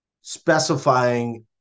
specifying